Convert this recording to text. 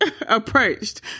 approached